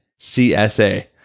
csa